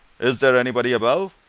is there anybody above?